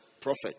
prophet